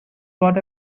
bought